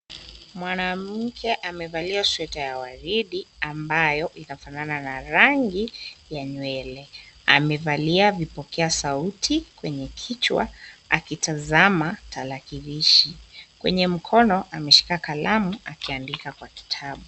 Mwanamke amevalia sweta ya waridi ambayo inafanana na rangi ya nywele ,amevalia vipokea sauti kwenye kichwa akitazama tarakilishi ,kwenye mkono ameshika kalamu akiandika kwa kitabu.